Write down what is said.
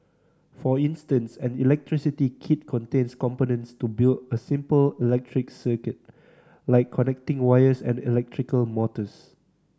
for instance an electricity kit contains components to build a simple electric circuit like connecting wires and electrical motors